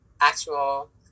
actual